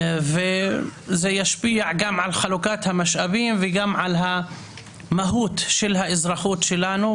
וזה ישפיע גם על חלוקת המשאבים וגם על המהות של האזרחות שלנו,